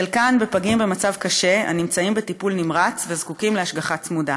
חלקן בפגים במצב קשה הנמצאים בטיפול נמרץ וזקוקים להשגחה צמודה.